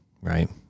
right